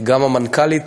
גם המנכ"לית.